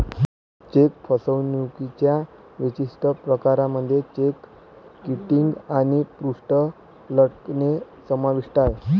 check फसवणुकीच्या विशिष्ट प्रकारांमध्ये चेक किटिंग आणि पृष्ठ लटकणे समाविष्ट आहे